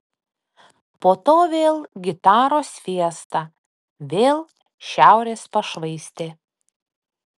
po to vėl gitaros fiesta vėl šiaurės pašvaistė